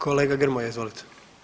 Kolega Grmoja, izvolite.